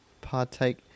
partake